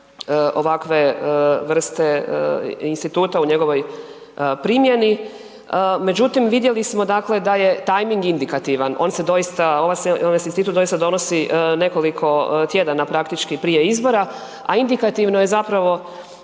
ovakve vrste instituta u njegovoj primjeni, međutim vidjeli smo da je tajming indikativan. Ovaj se institut doista donosi nekoliko tjedana praktički prije izbora, a indikativno je isto